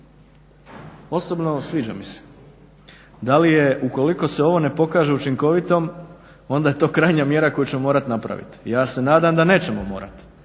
osobno sviđa mi se. Da li je ukoliko se ovo ne pokaže učinkovito onda je to krajnja mjera koju ćemo morat napravit. Ja se nadam da nećemo morat,